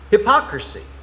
Hypocrisy